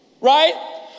right